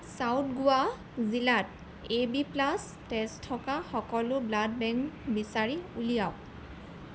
south Goa জিলাত A B plus তেজ থকা সকলো ব্লাড বেংক বিচাৰি উলিয়াওক